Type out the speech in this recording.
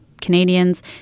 Canadians